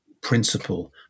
principle